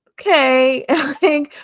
okay